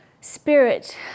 spirit